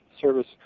service